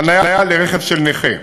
חנייה לרכב של נכה.